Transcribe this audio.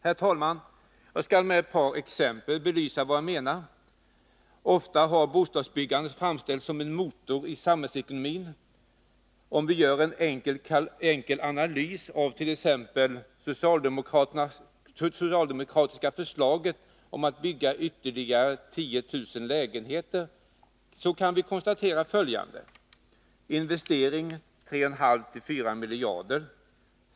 Herr talman! Jag skall med ett par exempel belysa vad jag menar. Ofta har bostadsbyggandet framställts som en motor i samhällsekonomin. Om vi gör en enkel analys av t.ex. det socialdemokratiska förslaget att vi skall bygga ytterligare 10 000 lägenheter, kan vi konstatera följande: En investering på 3,54 miljarder.